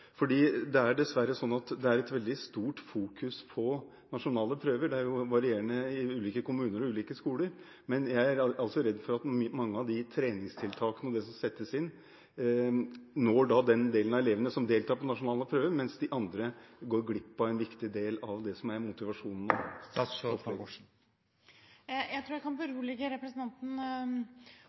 Det er dessverre sånn at nasjonale prøver i veldig stor grad er i fokus. Det er varierende i ulike kommuner og ulike skoler, men jeg er altså redd for at mange av de treningstiltakene som settes inn, når den delen av elevene som deltar på nasjonale prøver, mens de andre går glipp av en viktig del av det som er motivasjonen. Jeg tror jeg kan berolige representanten